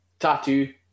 Tattoo